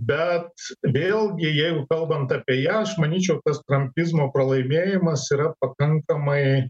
bet vėlgi jeigu kalbant apie ją aš manyčiau tas trampizmo pralaimėjimas yra pakankamai